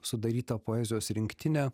sudaryta poezijos rinktinė